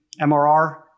MRR